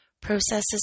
processes